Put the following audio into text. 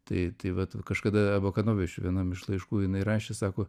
tai tai va kažkada bakanovič vienam iš laiškų jinai rašė sako